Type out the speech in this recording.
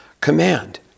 command